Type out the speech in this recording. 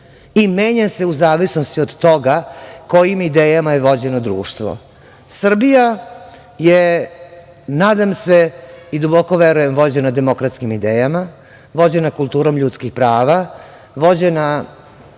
i menja se u zavisnosti od toga kojim idejama je vođeno društvo. Srbija je, nadam se i duboko verujem, vođena demokratskim idejama, vođena kulturom ljudskih prava, vođena